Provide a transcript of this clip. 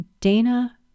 Dana